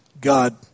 God